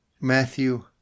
Matthew